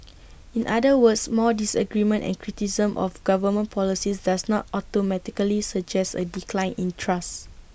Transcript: in other words more disagreement and criticism of government policies does not automatically suggest A decline in trust